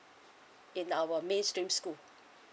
in our mainstream school